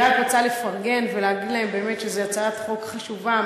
אני רק רוצה לפרגן ולהגיד להם שזו באמת הצעת חוק חשובה,